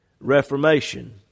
Reformation